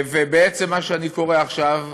בעצם מה שאני קורא עכשיו,